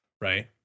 right